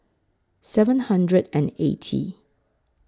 seven hundred and eighty